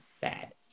bad